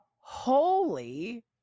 holy